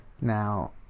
Now